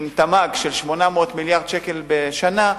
עם תמ"ג של 800 מיליארד שקל בשנה,